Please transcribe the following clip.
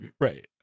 right